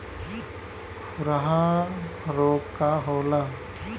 खुरहा रोग का होला?